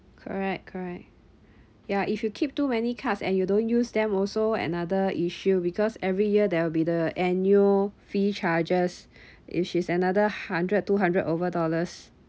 correct correct ya if you keep too many cards and you don't use them also another issue because every year there will be the annual fee charges which is another hundred two hundred over dollars